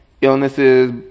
illnesses